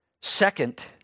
Second